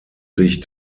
sich